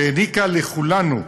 והעניקה לכולנו,